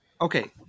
Okay